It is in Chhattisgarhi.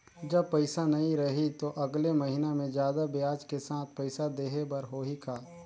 जब पइसा नहीं रही तो अगले महीना मे जादा ब्याज के साथ पइसा देहे बर होहि का?